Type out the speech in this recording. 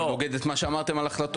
זה נוגד את מה שאמרתם על ההחלטות.